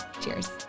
Cheers